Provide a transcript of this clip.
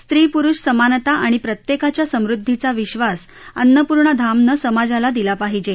स्त्री पुरुष समानता आणि प्रत्येकाच्या समृद्धीचा विश्वास अन्नपूर्णा धामनं समाजाला दिला पाहिजे